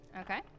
Okay